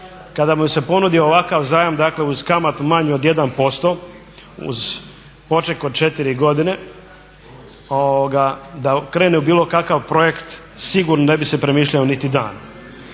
kada mu se ponudi ovakav zajam, dakle uz kamatu manju od 1% uz poček od 4 godine da krene u bilo kakav projekt sigurno ne bi se premišljao niti dana.